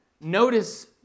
Notice